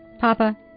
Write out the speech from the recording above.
Papa